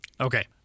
Okay